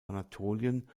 anatolien